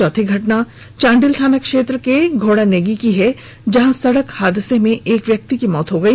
चौथी घटना चांडिल थाना क्षेत्र के घोडानेगी की है जहां सड़क हादसे में एक शख्स की मौत हो गई